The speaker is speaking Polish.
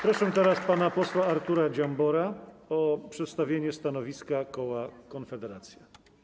Proszę teraz pana posła Artura Dziambora o przedstawienie stanowiska koła Konfederacja.